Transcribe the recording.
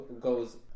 goes